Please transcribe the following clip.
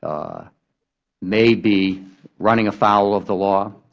um may be running afoul of the law,